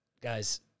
guys